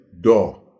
door